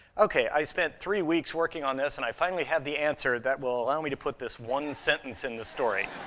okay, i spent three weeks working on this, and i finally have the answer that will allow me to put this one sentence in the story.